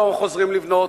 לא חוזרים לבנות.